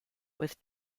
with